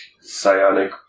psionic